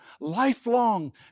lifelong